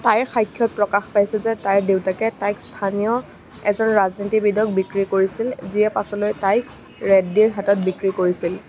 তাইৰ সাক্ষ্যত প্ৰকাশ পাইছে যে তাইৰ দেউতাকে তাইক স্থানীয় এজন ৰাজনীতিবিদক বিক্ৰী কৰিছিল যিয়ে পাছলৈ তাইক ৰেড্ডীৰ হাতত বিক্ৰী কৰিছিল